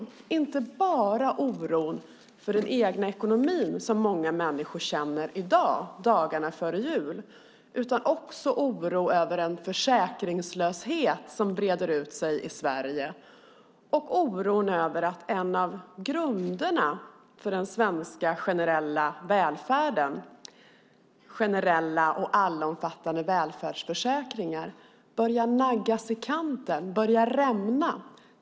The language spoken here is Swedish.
Det är inte bara oron för den egna ekonomin som många människor känner i dag dagarna före jul utan också oron för en försäkringslöshet som breder ut sig i Sverige. Det är oron över att en av grunderna för den svenska generella välfärden, de generella och allomfattande välfärdsförsäkringarna, börjar naggas i kanten och rämna.